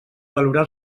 valorar